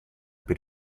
per